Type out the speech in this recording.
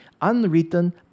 unwritten